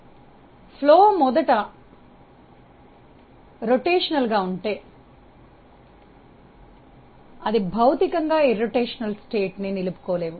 page 2 ప్రవాహం మొదట భ్రమణ ఉంటే అది భౌతికంగా భ్రమణ రహిత స్థితిని నిలుపుకోలేవు